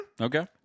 Okay